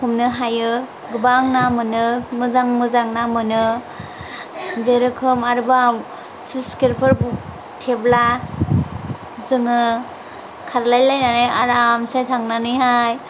हमनो हायो गोबां ना मोनो मोजां मोजां ना मोनो जेरोखोम आरोबाव स्लुइस गेटफोर थेब्ला जोङो खारलाय लायनानै आरामसे थांनानैहाय